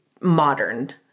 modern